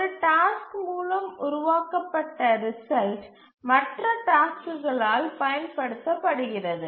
ஒரு டாஸ்க் மூலம் உருவாக்கப்பட்ட ரிசல்ட் மற்ற டாஸ்க்குளால் பயன்படுத்தப்படுகிறது